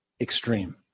extreme